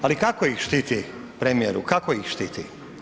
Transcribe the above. Ali kako ih štiti, premijeru, kako ih štiti?